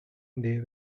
they